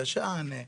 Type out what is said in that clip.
תש"ן,